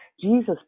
Jesus